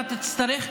אתה תצטרך,